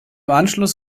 anschluss